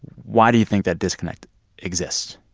why do you think that disconnect exists?